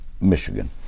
Michigan